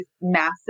massive